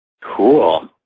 Cool